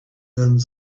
done